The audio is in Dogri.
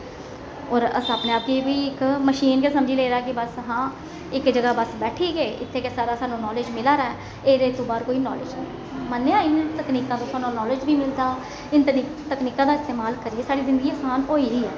होर अस अपने आप गी बी इक मशीन गै समझी लेदा कि बस हां इक जगह बस बैठी गे इत्थे गै सारा सानूं नाॅलेज मिला दा एहदे तू बाहर कोई नालेज नेईं मन्नेआ इनें तकनीकां तुसेंगी नालेज बी मिलदा इ'नें तकनीकें इस्तमाल करियै साढ़ी जिंदगी असान होई गेदी ऐ